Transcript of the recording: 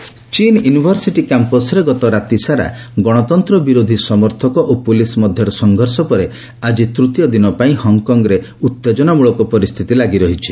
ଏଚ୍କେ protest ଚୀନ୍ university କ୍ୟାମ୍ପସରେ ଗତ ରାତିସାରା ଗଣତନ୍ତ୍ର ବିରୋଧୀ ସମର୍ଥକ ଓ ପୁଲିସ୍ ମଧ୍ୟରେ ସଂଘର୍ଷ ପରେ ଆଜି ତୃତୀୟଦିନ ପାଇଁ ହଂକଂରେ ଉତ୍ତେଜନାମୂଳକ ପରିସ୍ଥିତି ଲାଗି ରହିଛି